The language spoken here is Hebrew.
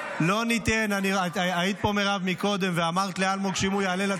איפה הייתם בחוקים של אחרים?